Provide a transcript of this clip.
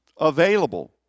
available